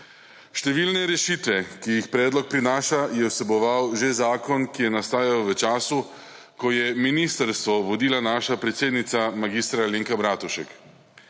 Številne rešitve, ki jih predlog prinaša, je vseboval že zakon, ki je nastajal v času, ko je ministrstvo vodila naša predsednica mag. Alenka Bratušek.